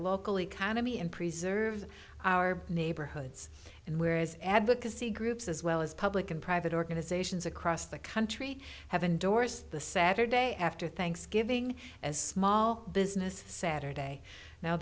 local economy and preserve our neighborhoods and where is advocacy groups as well as public and private organizations across the country have endorsed the saturday after thanksgiving as small business saturday now